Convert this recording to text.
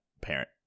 parent